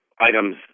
items